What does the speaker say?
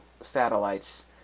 satellites